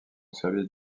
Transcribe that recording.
service